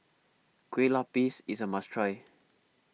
Kue Lupis is a must try